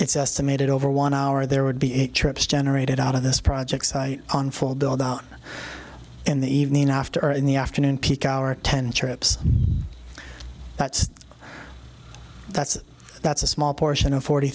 it's estimated over one hour there would be eight trips generated out of this project on four build out in the evening after in the afternoon peak hour ten trips that's that's that's a small portion of forty